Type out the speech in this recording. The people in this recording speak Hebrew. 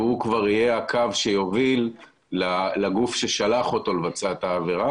והוא כבר יהיה הקו שיוביל לגוף ששלח אותו לבצע את העבירה,